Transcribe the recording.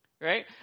Right